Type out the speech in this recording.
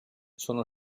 sono